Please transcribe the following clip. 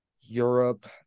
Europe